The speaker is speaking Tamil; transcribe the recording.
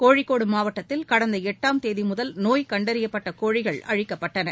கோழிக்கோடு மாவட்டத்தில் கடந்த எட்டாம் தேதி முதல் நோய் கண்டறியப்பட்ட கோழிகள் அழிக்கப்பட்டன